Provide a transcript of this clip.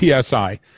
PSI